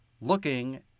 looking